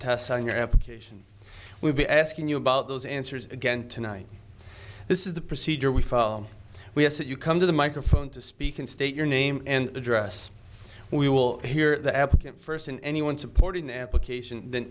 test on your application we'll be asking you about those answers again tonight this is the procedure we file we have you come to the microphone to speak and state your name and address we will hear the applicant first and anyone supporting the application th